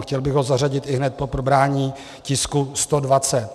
Chtěl bych ho zařadit ihned po probrání tisku 120.